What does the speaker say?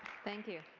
thank you.